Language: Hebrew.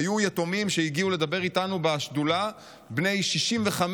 היו יתומים שהגיעו לדבר איתנו בשדולה בני 65,